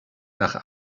nach